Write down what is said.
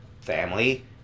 family